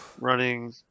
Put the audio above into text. running